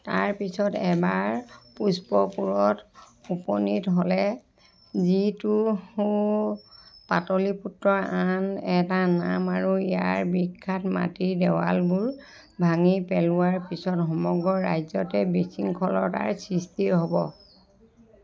তাৰপিছত এবাৰ পুস্পপুৰত উপনীত হ'লে যিটো পাটলি পুত্ৰৰ আন এটা নাম আৰু ইয়াৰ বিখ্যাত মাটিৰ দেৱালবোৰ ভাঙি পেলোৱাৰ পিছত সমগ্ৰ ৰাজ্যতে বিশৃংখলতাৰ সৃষ্টি হ'ব